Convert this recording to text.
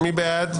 מי בעד?